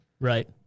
Right